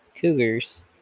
cougars